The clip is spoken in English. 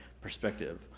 perspective